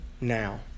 now